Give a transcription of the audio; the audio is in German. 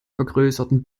vergrößerten